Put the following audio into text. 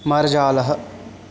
मार्जालः